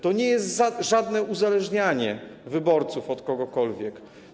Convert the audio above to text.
To nie jest żadne uzależnianie wyborców od kogokolwiek.